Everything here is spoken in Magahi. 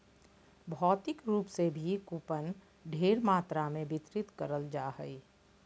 भौतिक रूप से भी कूपन ढेर मात्रा मे वितरित करल जा हय